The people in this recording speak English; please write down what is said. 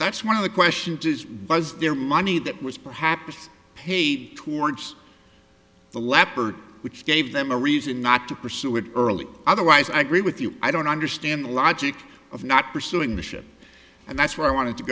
that's one of the question does was their money that was perhaps paid towards the leopard which gave them a reason not to pursue it early otherwise i agree with you i don't understand the logic of not pursuing the ship and that's why i wanted to